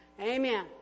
Amen